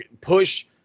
push